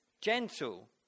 gentle